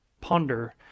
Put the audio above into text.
ponder